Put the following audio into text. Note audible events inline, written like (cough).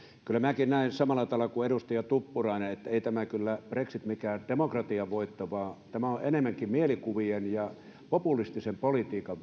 kyllä minäkin näen samalla tavalla kuin edustaja tuppurainen että ei tämä brexit kyllä mikään demokratian voitto ole vaan tämä on enemmänkin mielikuvien ja populistisen politiikan (unintelligible)